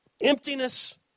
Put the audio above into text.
emptiness